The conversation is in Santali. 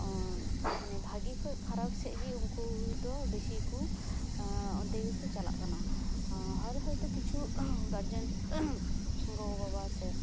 ᱢᱟᱱᱮ ᱵᱷᱟᱜᱮ ᱠᱷᱚᱡ ᱠᱷᱟᱨᱟᱯ ᱥᱮᱡ ᱜᱮ ᱩᱱᱠᱩ ᱫᱚ ᱵᱮᱥᱤ ᱠᱚ ᱚᱱᱛᱮ ᱜᱤᱠᱩ ᱪᱟᱞᱟᱜ ᱠᱟᱱᱟ ᱦᱚᱲ ᱦᱳᱭᱛᱳ ᱠᱤᱪᱷᱩ ᱜᱟᱨᱡᱮᱱ ᱜᱚᱜᱚ ᱵᱟᱵᱟ ᱥᱮ